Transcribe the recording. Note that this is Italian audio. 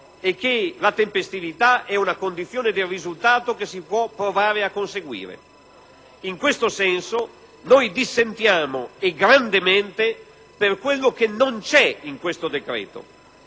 e che la tempestività è una condizione del risultato che si può provare a conseguire. In questo senso, dissentiamo, e grandemente, per quel che non c'è nel decreto.